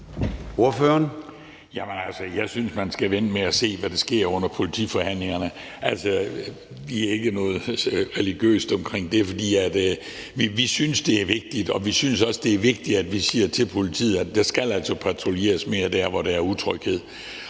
Jeg synes, man skal vente og se, hvad der sker under politiforhandlingerne. Altså, vi har ikke noget religiøst omkring det, for vi synes, det er vigtigt, og vi synes også, det er vigtigt, at vi siger til politiet, at der altså skal patruljeres mere der, hvor der er utryghed.